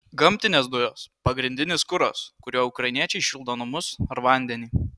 gamtinės dujos pagrindinis kuras kuriuo ukrainiečiai šildo namus ar vandenį